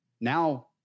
Now